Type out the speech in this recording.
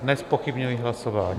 Nezpochybňuji hlasování.